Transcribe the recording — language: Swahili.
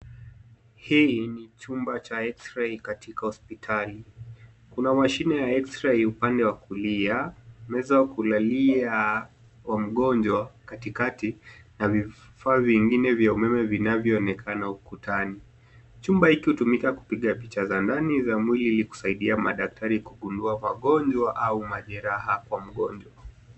Hii ni chumba cha eksirei katika hospitali. Kuna mashine ya ekisrei upande wa kulia, meza ya kulalia mgonjwa katikati na vifaa vingine vya umeme vinavyoonekana ukutani. Chumba hiki hutumika kupiga picha za ndani za mwili ili kusaidia madaktari kugundua magonjwa au majeraha kwa mgonjwa.